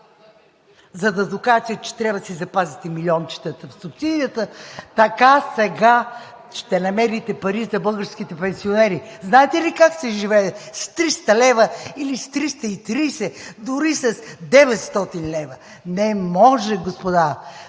за да докажете, че трябва да си запазите милиончетата в субсидията, така сега ще намерите пари за българските пенсионери. Знаете ли как се живее с 300 лв. или с 330 лв., дори с 900 лв. – не може, господа,